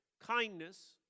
kindness